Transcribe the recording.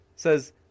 Says